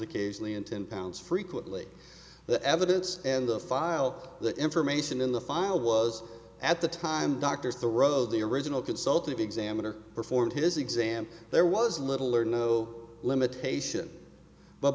occasionally in ten pounds frequently the evidence and the file the information in the file was at the time doctors the road the original consultant examiner performed his exam there was little or no limitation but